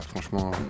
franchement